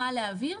מה להעביר,